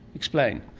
explain.